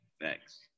Thanks